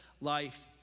life